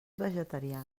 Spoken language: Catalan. vegetariana